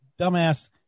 dumbass